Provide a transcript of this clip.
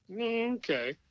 okay